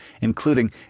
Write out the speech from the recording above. including